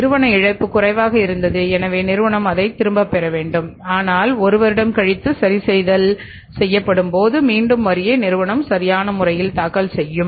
நிறுவன இழப்பு குறைவாக இருந்தது எனவே நிறுவனம் அதைத் திரும்பப் பெற வேண்டும் ஆனால் ஒரு வருடம் கழித்து சரிசெய்தல் செய்யப்படும் போது மீண்டும் வரியை நிறுவனம் சரியான முறையில் தாக்கல் செய்யும்